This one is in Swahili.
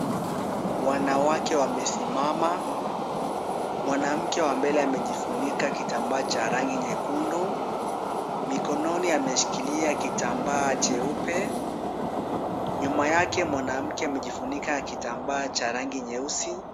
Wanawake wamesimama. Mwanamke wa mbele amejifunika kitambaa cha rangi nyekundu. Mikononi ameshikilia kitambaa cheupe. Nyuma yake mwanamke amejifunika na kitambaa cha rangi nyeusi.